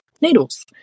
needles